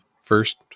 first